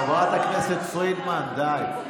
חברת הכנסת פרידמן, די.